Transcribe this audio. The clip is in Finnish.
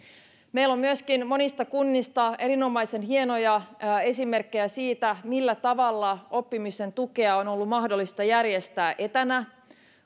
meillä on myöskin monista kunnista erinomaisen hienoja esimerkkejä siitä millä tavalla oppimisen tukea on ollut mahdollista järjestää etänä